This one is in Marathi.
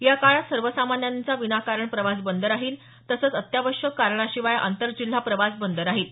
या काळात सर्वसामान्यांचा विनाकारण प्रवास बंद राहील तसंच अत्यावश्यक कारणाशिवाय आंतरजिल्हा प्रवास बंद राहील